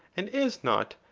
and is not,